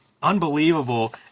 unbelievable